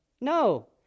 no